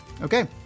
Okay